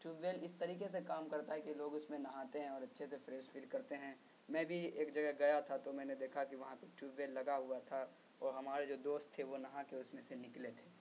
tube well اس تریقے سے کام کرتا ہے کہ لوگ اس میں نہاتے ہیں اور اچھے سے فریش فیل کرتے ہیں میں بھی ایک جگہ گیا تھا تو میں نے دیکھا کہ وہاں پہ ٹیوب ویل لگا ہوا تھا اور ہمارے جو دوست تھے وہ نہا کے اس میں سے نکلے تھے